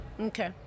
Okay